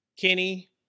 kenny